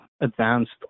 advanced